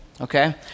okay